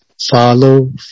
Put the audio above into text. Follow